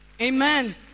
Amen